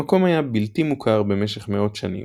המקום היה בלתי מוכר במשך מאות שנים,